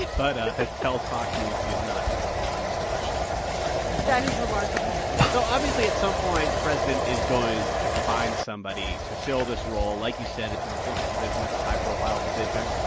but tells fox news he is not interested in the position that is remarkable so obviously, at some point, the president is going to find somebody to fill this role. like you said, it's an important position. it's a high-profile position.